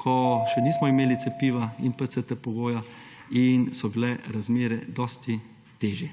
ko še nismo imeli cepiva in PCT-pogoja in so bile razmere dosti težje.